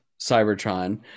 cybertron